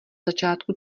začátku